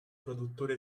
produttore